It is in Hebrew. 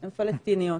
הן פלסטיניות.